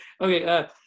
Okay